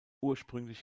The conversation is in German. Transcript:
ursprünglich